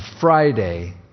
Friday